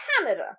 Canada